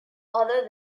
although